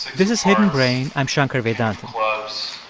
this is hidden brain. i'm shankar vedantam. clubs,